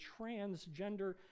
transgender